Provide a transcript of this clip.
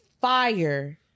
Fire